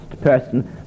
person